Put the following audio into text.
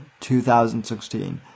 2016